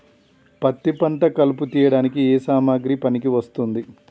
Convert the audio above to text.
పత్తి పంట కలుపు తీయడానికి ఏ సామాగ్రి పనికి వస్తుంది?